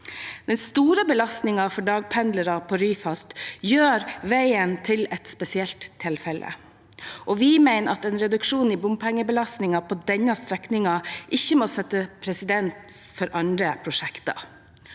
Den store belastningen for dagpendlere på Ryfast gjør veien til et spesielt tilfelle, og vi mener at en reduksjon i bompengebelastningen på denne strekningen ikke må sette presedens for andre prosjekter.